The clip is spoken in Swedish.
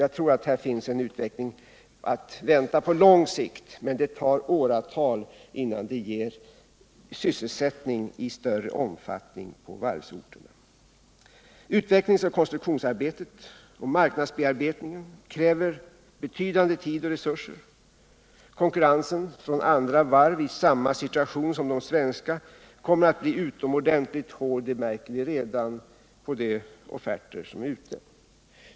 Jag tror att här finns en utveckling att vänta på lång sikt, men det tar åratal innan det ger sysselsättning i större omfattning på varvsorterna. Utvecklingsoch konstruktionsarbetet och marknadsbearbetningen kräver betydande tid och resurser. Konkurrensen från andra varv i samma situation som de svenska kommer att bli utomordentligt hård. Det märker vi redan på de offerter som är ute.